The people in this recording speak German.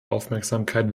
aufmerksamkeit